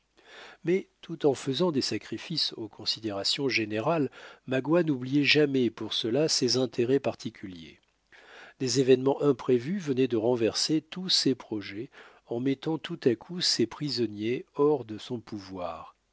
mais tout en faisant des sacrifices aux considérations générales magua n'oubliait jamais pour cela ses intérêts particuliers des événements imprévus venaient de renverser tous ses projets en mettant tout à coup ses prisonniers hors de son pouvoir